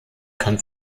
kann